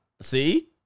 See